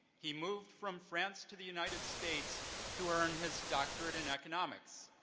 he moved from france to the united states to earn his doctorate in economics